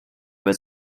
was